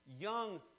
young